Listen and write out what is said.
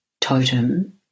totem